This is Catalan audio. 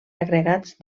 agregats